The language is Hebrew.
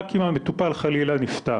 רק אם המטופל חלילה נפטר.